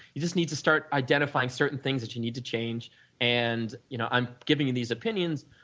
you just need to start identifying certain things that you need to change and you know i'm giving you these opinions,